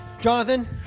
Jonathan